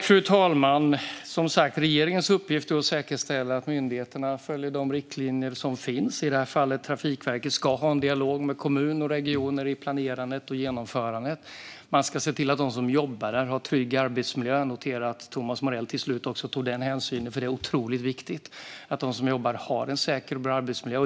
Fru talman! Regeringens uppgift är som sagt att säkerställa att myndigheterna följer de riktlinjer som finns. I det här fallet ska Trafikverket ha en dialog med kommuner och regioner i planerandet och genomförandet. Man ska se till att de som jobbar där har trygg arbetsmiljö - jag noterar att Thomas Morell till slut också tog den hänsynen. Det är otroligt viktigt att de som jobbar har en säker och bra arbetsmiljö.